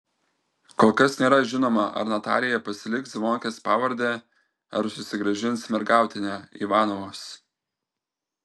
kol kas nėra žinoma ar natalija pasiliks zvonkės pavardę ar susigrąžins mergautinę ivanovos